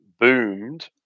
boomed